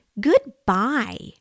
Goodbye